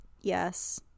yes